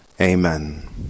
Amen